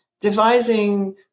devising